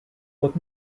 but